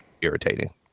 irritating